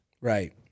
Right